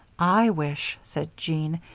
i wish, said jean,